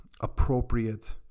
appropriate